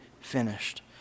finished